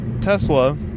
Tesla